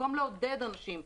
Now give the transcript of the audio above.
במקום לעודד אנשים,